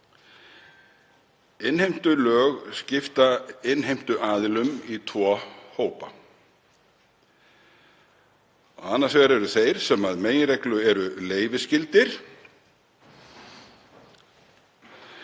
Innheimtulög skipta innheimtuaðilum í tvo hópa, annars vegar eru þeir sem eru að meginreglu leyfisskyldir